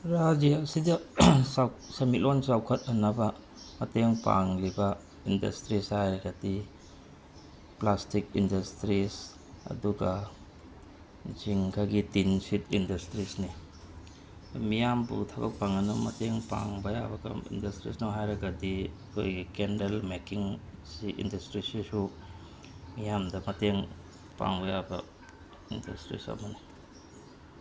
ꯔꯥꯖ꯭ꯌ ꯑꯁꯤꯗ ꯁꯦꯟꯃꯤꯠꯂꯣꯟ ꯆꯥꯎꯈꯠꯍꯟꯅꯕ ꯃꯇꯦꯡ ꯄꯥꯡꯂꯤꯕ ꯏꯟꯗꯁꯇ꯭ꯔꯤꯁ ꯍꯥꯏꯔꯒꯗꯤ ꯄ꯭ꯂꯥꯁꯇꯤꯛ ꯏꯟꯗꯁꯇ꯭ꯔꯤꯁ ꯑꯗꯨꯒ ꯖꯤꯡꯒꯒꯤ ꯇꯤꯟ ꯁꯤꯠ ꯏꯟꯗꯁꯇ꯭ꯔꯤꯁꯅꯤ ꯃꯤꯌꯥꯝꯕꯨ ꯊꯕꯛ ꯐꯪꯍꯟꯅꯕ ꯃꯇꯦꯡ ꯄꯥꯡꯕ ꯌꯥꯕ ꯀꯔꯝꯕ ꯏꯟꯗꯁꯇ꯭ꯔꯤꯁꯅꯣ ꯍꯥꯏꯔꯒꯗꯤ ꯑꯩꯈꯣꯏꯒꯤ ꯀꯦꯟꯗꯜ ꯃꯦꯀꯤꯡ ꯁꯤ ꯏꯟꯗꯁꯇ꯭ꯔꯤꯁꯁꯤꯁꯨ ꯃꯤꯌꯥꯝꯗ ꯃꯇꯦꯡ ꯄꯥꯡꯕ ꯌꯥꯕ ꯏꯟꯗꯁꯇ꯭ꯔꯤꯁ ꯑꯃꯅꯤ